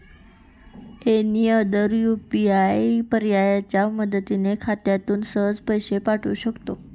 any other UPI पर्यायाच्या मदतीने खात्यातून सहज पैसे पाठवू शकतो